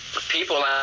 People